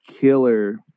killer